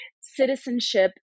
citizenship